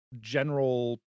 general